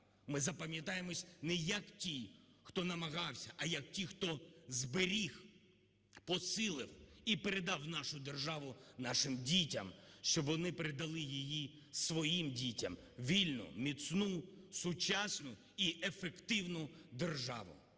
Ми запам'ятаємось не як ті, хто намагався, а, як ті, хто зберіг, посилив і передав нашу державу нашим дітям, щоб вони передали її своїм дітям: вільну, міцну, сучасну і ефективну державу.